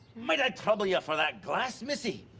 might i trouble ya for that glass, missy?